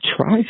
try